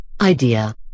idea